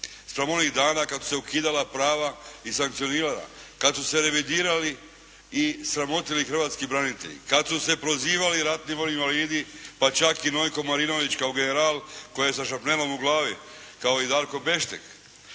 Spram onih dana kad su se ukidala prava i sankcionirala, kad su se revidirali i sramotili hrvatski branitelji, kad su se prozivali ratni vojni invalidi, pa čak i Nojko Marinović kao general koji je sa šarapnelom u glavi, kao i Darko Beštek,